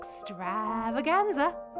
extravaganza